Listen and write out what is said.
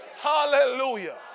hallelujah